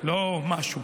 משהו